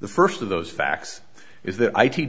the first of those facts is that i